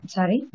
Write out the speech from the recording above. Sorry